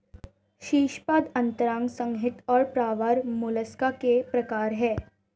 शीर्शपाद अंतरांग संहति और प्रावार मोलस्का के प्रकार है